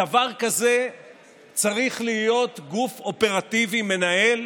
בדבר כזה צריך להיות גוף אופרטיבי מנהל,